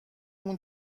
مون